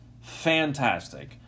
Fantastic